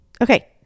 okay